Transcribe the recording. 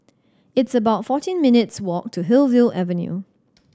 it's about fourteen minutes' walk to Hillview Avenue